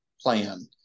plan